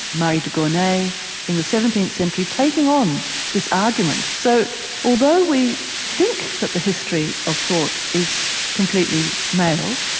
marie de gournay in the seventeenth century taking on this argument. so although we think that the history of thought is completely male,